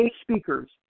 speakers